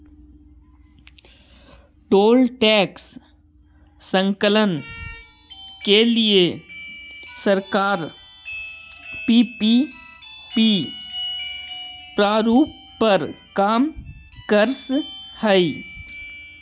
toll tax संकलन के लिए सरकार पीपीपी प्रारूप पर काम करऽ हई